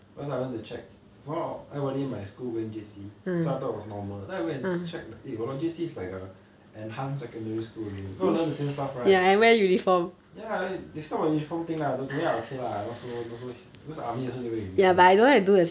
because I went to check some more everybody in my school going J_C so I thought it was normal then I go and check eh !walao! J_C is like a enhanced secondary school again going to learn the same stuff right ya like this type of uniform thing lah no to me I okay lah not so not so because army also need to wear uniform